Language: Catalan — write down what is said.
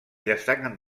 destaquen